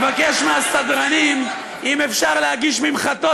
אני מבקש מהסדרנים אם אפשר להגיש ממחטות